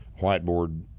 whiteboard